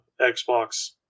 Xbox